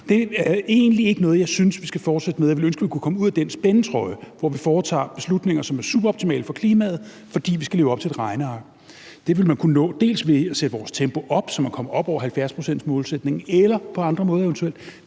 Det er egentlig ikke noget, jeg synes vi skal fortsætte med, og jeg ville ønske, at vi kunne komme ud af den spændetrøje, hvor vi tager beslutninger, som er suboptimale for klimaet, fordi vi skal leve op til et regneark. Det ville man kunne gøre ved at sætte tempoet op, så man kom op over de 70 pct., eller eventuelt på andre måder. Hvad